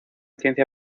ciencia